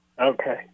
Okay